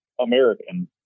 American